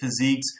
physiques